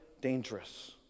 dangerous